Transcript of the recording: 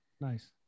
nice